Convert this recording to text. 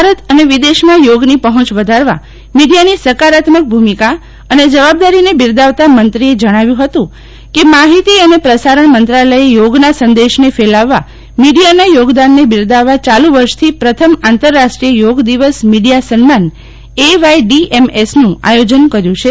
ભારત અને વિદેશમાં યોગની પહોંચ વધારવા મીડિયાની સકારાત્મક ભૂમિકા અને જવાબદારીને બિરદાવતા મંત્રીએ જણાવ્યું હતું કે માહિતી અને પ્રસારણ મંત્રાલયે યોગનાં સંદેશને ફેલાવવા મીડિયાનાં યોગદાનને બિરદાવવા ચાલુ વર્ષથી પ્રથમ આંતરરાષ્ટ્રીય યોગ દિવસ મીડિયા સન્માન એવાયડીએમએસનું આયોજન કર્યું છે